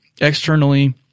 Externally